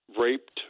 raped